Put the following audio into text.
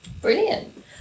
Brilliant